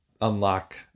unlock